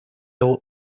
would